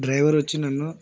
driver వచ్చి నన్ను